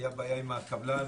הייתה בעיה עם הקבלן,